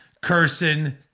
cursing